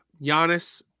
Giannis